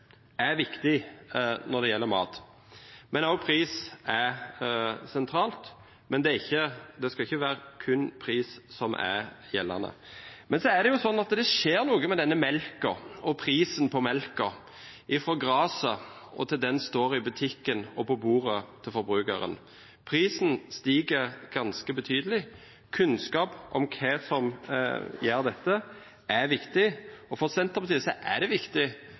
er viktig når det gjelder mat. Også pris er sentralt, men det skal ikke være kun pris som er gjeldende. Men så er det slik at det skjer noe med denne melken – og prisen på melken – fra graset og til den står i butikken og på bordet til forbrukeren. Prisen stiger ganske betydelig. Kunnskap om hva som gjør dette, er viktig, og for Senterpartiet er det viktig